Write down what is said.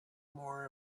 more